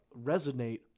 resonate